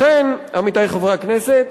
לכן, עמיתי חברי הכנסת,